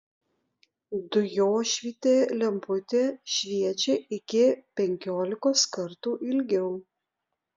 dujošvytė lemputė šviečia iki penkiolikos kartų ilgiau